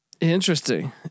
Interesting